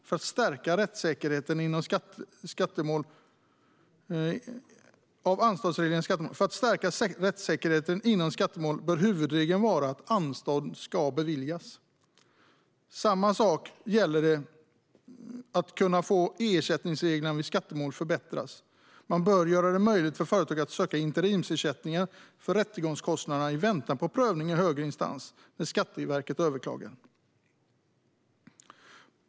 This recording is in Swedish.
För att stärka rättssäkerheten i skattemål bör huvudregeln vara att anstånd ska beviljas. Samma sak gäller för att ersättningsreglerna vid skattemål ska kunna förbättras. Man bör göra det möjligt för företag att söka interimsersättning för rättegångskostnader i väntan på prövning i högre instans när Skatteverket överklagar.